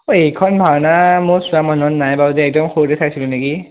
এইখন ভাওনা মোৰ চোৱা মনত নাই বাৰু দেই একদম সৰুতে চাইছিলোঁ নেকি